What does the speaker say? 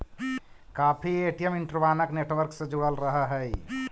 काफी ATM interbank network से जुड़ल रहऽ हई